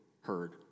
heard